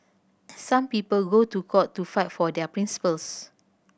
some people go to court to fight for their principles